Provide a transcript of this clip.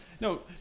No